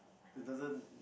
it doesn't